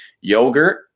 Yogurt